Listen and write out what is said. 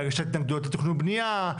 בהגשת התנגדויות לתכנון ובנייה,